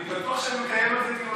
בטוח שנקיים על זה דיון.